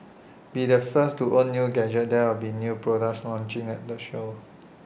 be the first to own new gadgets there will be new products launching at the show